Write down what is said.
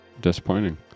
Disappointing